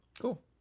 Cool